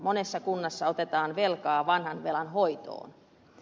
monessa kunnassa otetaan velkaa vanhan velan hoitoon